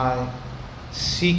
...seek